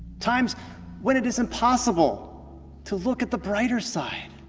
times when it is impossible to look at the brighter side